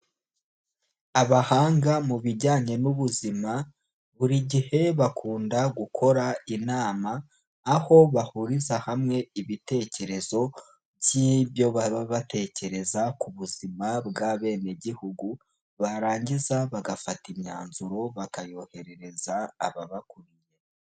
Abahanga mu bijyanye n'ubuzima buri gihe bakunda gukora inama aho bahuriza hamwe ibitekerezo by'ibyo baba batekereza ku buzima bw'abenegihugu barangiza bagafata imyanzuro bakayoherereza ababakuriye.